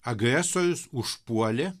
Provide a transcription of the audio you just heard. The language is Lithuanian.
agresorius užpuolė